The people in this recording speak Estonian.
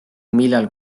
millal